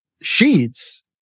sheets